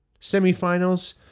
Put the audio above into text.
Semifinals